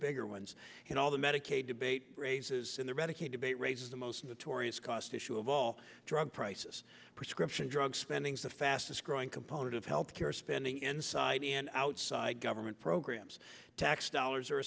bigger ones in all the medicaid debate raises in the medicaid debate raises the most notorious cost issue of all drug prices prescription drug spending is the fastest growing component of health care spending inside and outside government programs tax dollars are